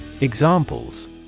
Examples